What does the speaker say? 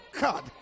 God